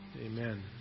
Amen